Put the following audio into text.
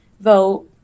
vote